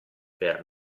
per